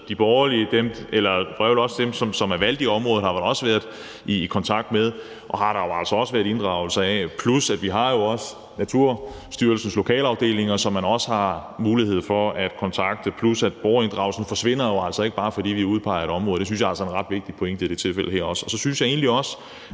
for dem, som er valgt i området. Dem har der jo altså også være inddragelser af. Hertil kommer, at vi jo også har Naturstyrelsens lokalafdelinger, som man også har mulighed for at kontakte, plus at borgerinddragelsen altså ikke forsvinder, bare fordi vi udpeger et område. Det synes jeg altså er en ret vigtig pointe, også i det tilfælde her. Og så